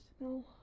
No